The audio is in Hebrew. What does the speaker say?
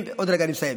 עוד רגע אני מסיים.